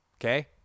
okay